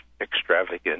extravagant